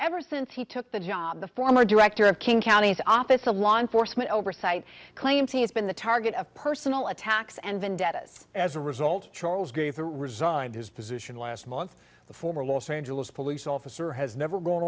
ever since he took the job the former director of king county opitz a law enforcement oversight claims he has been the target of personal attacks and vendettas as a result charles gave the resigned his position last month the former los angeles police officer has never